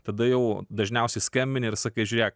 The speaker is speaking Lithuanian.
tada jau dažniausiai skambini ir sakai žiūrėk